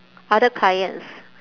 other clients